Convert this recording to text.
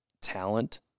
talent